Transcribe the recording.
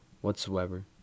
whatsoever